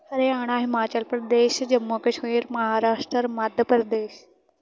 Haryana Himachal Pradesh Jammu Kashmir Maharashtra Madhya Pradesh